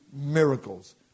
miracles